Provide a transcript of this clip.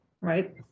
Right